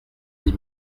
dix